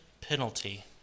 penalty